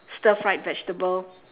stir fried vegetable